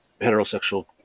heterosexual